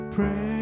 Pray